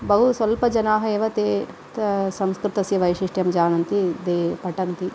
बहु स्वल्पजनाः एव ते त संस्कृतस्य वैशिष्ट्यं जानन्ति ते पठन्ति